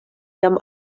jam